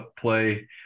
play